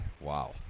Wow